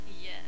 Yes